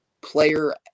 player